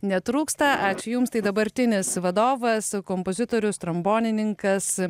netrūksta ačiū jums tai dabartinis vadovas kompozitorius trombonininkas